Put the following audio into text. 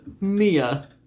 Mia